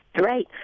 Right